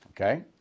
okay